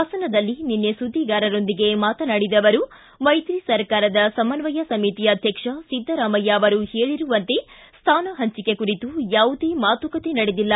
ಹಾಸನದಲ್ಲಿ ನಿನ್ನೆ ಸುದ್ದಿಗಾರರೊಂದಿಗೆ ಮಾತನಾಡಿದ ಅವರು ಮೈತ್ರಿ ಸರ್ಕಾರದ ಸಮನ್ಹಯ ಸಮಿತಿ ಅಧ್ಯಕ್ಷ ಒದ್ದರಾಮಯ್ಯ ಅವರು ಹೇಳರುವಂತೆ ಸ್ಥಾನ ಹಂಚಿಕೆ ಕುರಿತು ಯಾವುದೇ ಮಾತುಕತೆ ನಡೆದಿಲ್ಲ